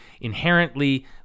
inherently